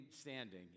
standing